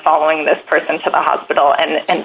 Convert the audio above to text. following this person to the hospital and